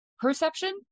Perception